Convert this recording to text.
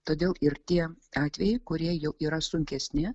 todėl ir tie atvejai kurie jau yra sunkesni